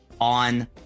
on